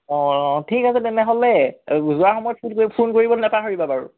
অঁ ঠিক আছে তেনেহ'লে যোৱাৰ সময়ত ফোন কৰি ফোন কৰিবলৈ নেপাহৰিবা বাৰু